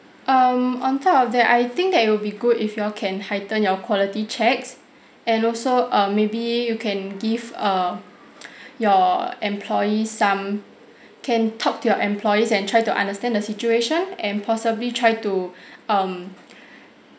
um on top of that I think that it will be good if y'all can heighten your quality checks and also um maybe you can give err your employee some can talk to your employees and try to understand the situation and possibly try to um